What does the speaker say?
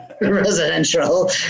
residential